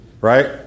right